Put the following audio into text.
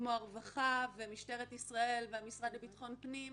כמו הרווחה, משטרת ישראל והמשרד לביטחון פנים,